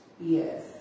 Yes